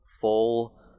full